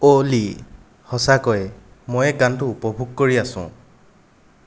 অ'লি সঁচাকৈয়ে মই এই গানটো উপভোগ কৰি আছোঁ